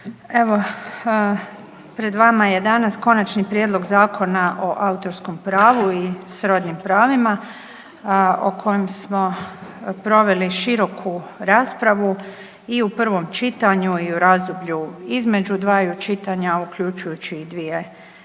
Evo, pred vama je danas Konačni prijedlog Zakona o autorskom pravu i srodnim pravima o kojem smo proveli široku raspravu i u prvom čitanju i u razdoblju između dvaju čitanja, uključujući i dvije tematske